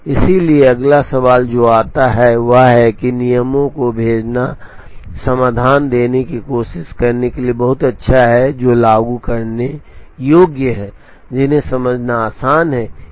इसलिए अगला सवाल जो आता है वह है कि नियमों को भेजना समाधान देने की कोशिश करने के लिए बहुत अच्छा है जो लागू करने योग्य हैं जिन्हें समझना आसान है